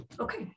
Okay